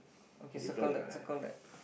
okay circle that circle that